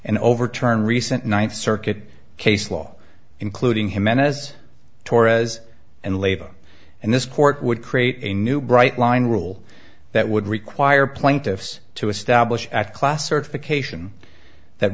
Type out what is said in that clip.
and overturn recent ninth circuit case law including jimenez torres and labor and this court would create a new bright line rule that would require plaintiffs to establish a class certification that